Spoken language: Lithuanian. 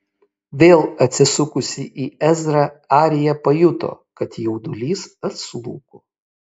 vėl atsisukusi į ezrą arija pajuto kad jaudulys atslūgo